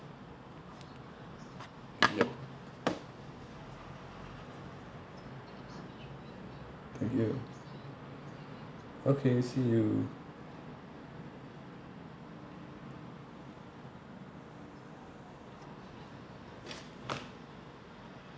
yup thank you okay see you